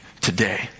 today